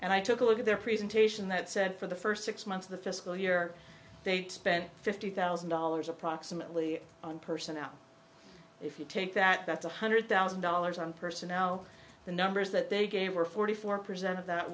and i took a look at their presentation that said for the first six months of the fiscal year they'd spent fifty thousand dollars approximately one person out if you take that that's one hundred thousand dollars on personnel the numbers that they gave were forty four percent of that